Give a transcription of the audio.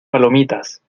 palomitas